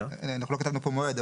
אנחנו לא כתבנו פה מועד,